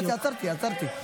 עצרתי, עצרתי.